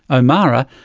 omara,